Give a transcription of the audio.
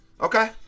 Okay